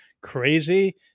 crazy